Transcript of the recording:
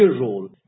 role